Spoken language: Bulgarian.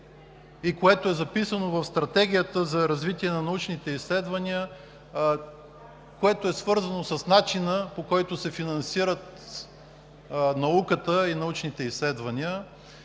и е записано в Стратегията за развитие на научните изследвания, което е свързано с начина, по който се финансират науката и научните изследвания